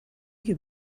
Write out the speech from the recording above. give